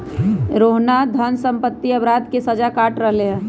रोहना धन सम्बंधी अपराध के सजा काट रहले है